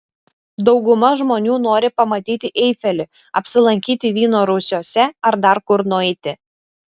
dauguma žmonių nori pamatyti eifelį apsilankyti vyno rūsiuose ar dar kur nueiti